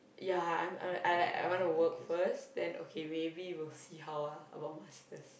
ya I like I wanna work first then okay maybe we'll see how ah about Masters